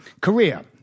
Korea